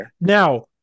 now